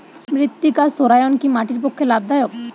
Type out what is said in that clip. মৃত্তিকা সৌরায়ন কি মাটির পক্ষে লাভদায়ক?